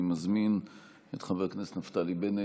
אני מזמין את חבר הכנסת נפתלי בנט,